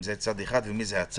אם זה צד אחד ומי זה הצד.